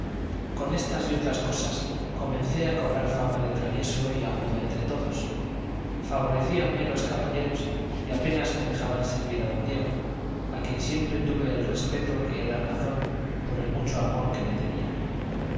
con estas y otras cosas comencé a cobrar fama de travieso y agudo entre todos favorecíanme los caballeros y apenas me dejaban servir a don diego a quien siempre tuve el respeto que era razón por el mucho amor que me tenía